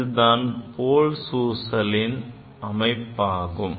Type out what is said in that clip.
இதுதான் Pohls ஊசலின் அமைப்பாகும்